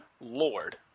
lord